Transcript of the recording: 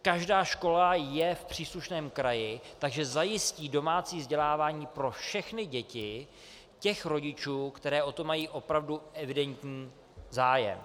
Každá škola je v příslušném kraji, takže zajistí domácí vzdělávání pro všechny děti těch rodičů, které o to mají opravdu evidentní zájem.